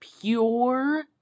pure